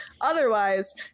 Otherwise